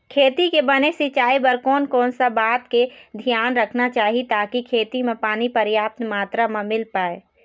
खेती के बने सिचाई बर कोन कौन सा बात के धियान रखना चाही ताकि खेती मा पानी पर्याप्त मात्रा मा मिल पाए?